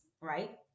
right